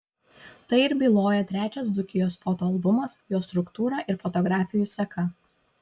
tai ir byloja trečias dzūkijos fotoalbumas jo struktūra ir fotografijų seka